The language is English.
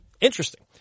Interesting